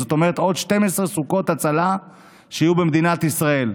זאת אומרת עוד 12 סוכות הצלה יהיו במדינת ישראל,